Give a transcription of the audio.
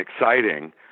exciting